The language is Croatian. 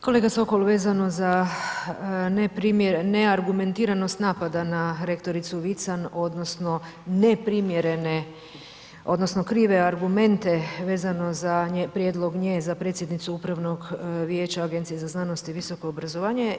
Kolega Sokol, vezano za neargumentiranost napada na rektoricu Vican odnosno neprimjerene odnosno krive argumente vezano za prijedlog nje za predsjednicu upravnog vijeća Agencije za znanost i visoko obrazovanje.